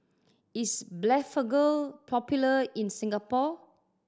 is Blephagel popular in Singapore